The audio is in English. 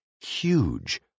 huge